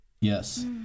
Yes